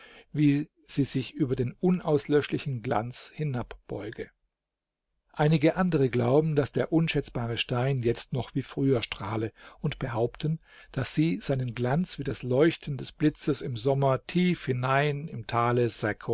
wie sie sich über den unauslöschlichen glanz hinab beuge einige andere glauben daß der unschätzbare stein jetzt noch wie früher strahle und behaupten daß sie seinen glanz wie das leuchten des blitzes im sommer tief hinein im tale